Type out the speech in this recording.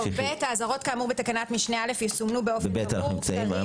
(ב) האזהרות כאמור בתקנת משנה (א) יסומנו באופן ברור,